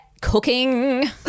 cooking